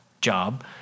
job